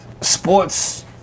Sports